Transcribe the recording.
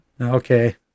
Okay